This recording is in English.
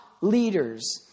leaders